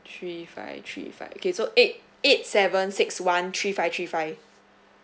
three five three five okay so eight eight seven six one three five three five